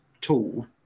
tool